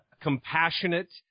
compassionate